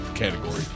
category